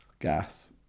gas